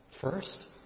First